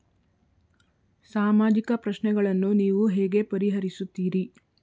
ಸಾಮಾಜಿಕ ಪ್ರಶ್ನೆಗಳನ್ನು ನೀವು ಹೇಗೆ ಪರಿಹರಿಸುತ್ತೀರಿ?